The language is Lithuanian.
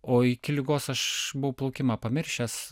o iki ligos aš buvau plaukimą pamiršęs